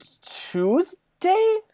Tuesday